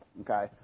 Okay